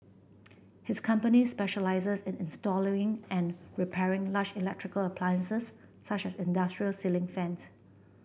his company specialises in and repairing large electrical appliances such as industrial ceiling